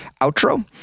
outro